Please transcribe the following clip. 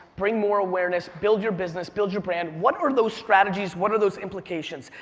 bring more awareness, build your business, build your brand, what are those strategies, what are those implications?